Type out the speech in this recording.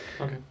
Okay